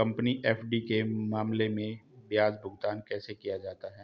Company FD के मामले में ब्याज भुगतान कैसे किया जाता है?